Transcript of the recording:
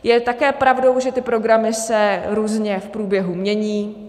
Je také pravdou, že ty programy se různě v průběhu mění.